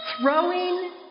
throwing